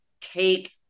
take